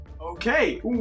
Okay